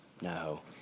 No